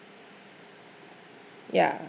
ya